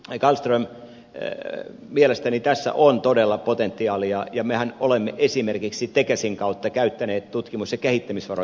matikainen kallström mielestäni tässä on todella potentiaalia ja mehän olemme esimerkiksi tekesin kautta käyttäneet tutkimus ja kehittämisvaroja